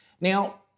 Now